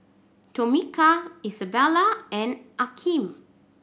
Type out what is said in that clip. Tomika Isabella and Akeem